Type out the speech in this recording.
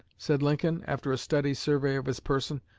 said lincoln, after a steady survey of his person,